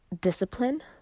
discipline